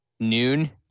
noon